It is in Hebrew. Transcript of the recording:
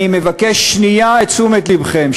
אני מבקש שנייה את תשומת לבכם.